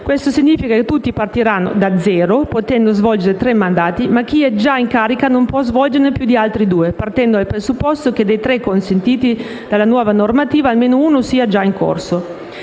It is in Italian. Questo significa che tutti partiranno da zero, potendo svolgere tre mandati, ma chi è già in carica non può svolgerne più di altri due, partendo dal presupposto che, dei tre consentiti dalla nuova normativa, almeno uno sia già in corso.